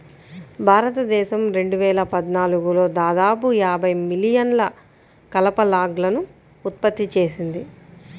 భారతదేశం రెండు వేల పద్నాలుగులో దాదాపు యాభై మిలియన్ల కలప లాగ్లను ఉత్పత్తి చేసింది